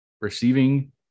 receiving